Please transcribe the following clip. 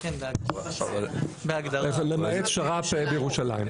למעט שר"פ בירושלים.